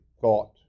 thought